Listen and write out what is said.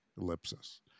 Ellipsis